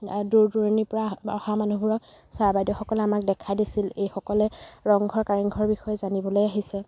দূৰ দূৰণিৰপৰা অহা মানুহবোৰক ছাৰ বাইদেউসকলে আমাক দেখাই দিছিল এইসকলে ৰংঘৰ কাৰেংঘৰৰ বিষয়ে জানিবলৈ আহিছে